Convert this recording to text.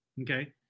Okay